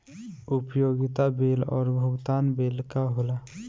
उपयोगिता बिल और भुगतान बिल का होला?